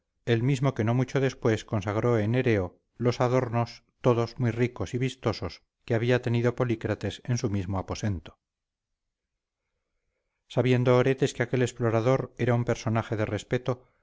el mismo que no mucho después consagró en el hereo los adornos todos muy ricos y vistosos que había tenido polícrates en su mismo aposento sabiendo oretes que aquel explorador era un personaje de respeto